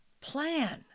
plan